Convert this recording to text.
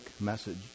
message